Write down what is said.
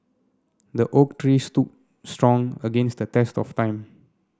the oak tree stood strong against the test of time